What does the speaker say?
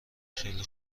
خیلی